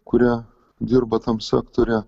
kurie dirba tam sektoriuje